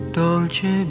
dolce